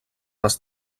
les